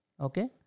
Okay